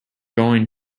going